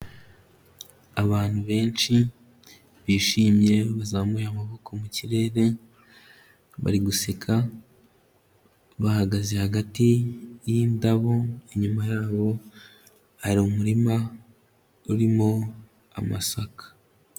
Abantu benshi bishimye bazamuye amaboko mu kirere, bari guseka bahagaze hagati y'indabo, inyuma yabo hari umurima urimo amasaka.